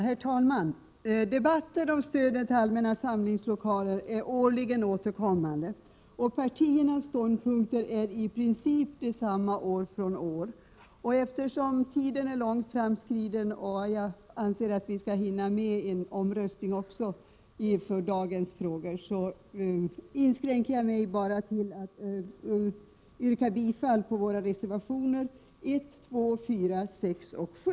Herr talman! Debatten om stödet till allmänna samlingslokaler är årligen återkommande. Partiernas ståndpunkter är i princip desamma år från år. Eftersom tiden är långt framskriden och jag anser att vi också skall hinna med en omröstningen om dagens frågor, inskränker jag mig till att yrka bifall till våra reservationer 1, 2, 4, 6 och 7.